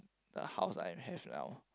the house I have now